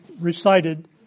recited